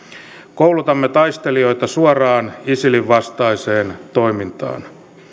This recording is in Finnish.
koulutamme taistelijoita suoraan isilin vastaiseen toimintaan